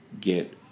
get